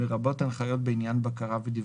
לרבות הנחיות בעניין בקרה ודיווח,